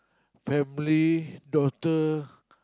family daughter